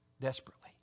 desperately